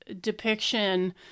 depiction